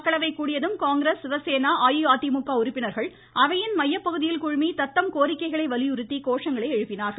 மக்களவை கூடியதும் காங்கிரஸ் சிவசேனா அஇஅதிமுக உறுப்பினர்கள் அவையின் மையப் பகுதியல் குழுமி தத்தம் கோரிக்கைகளை வலியுறுத்தி கோஷங்களை எழுப்பினார்கள்